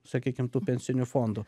sakykim tų pensinių fondų